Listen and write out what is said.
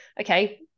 okay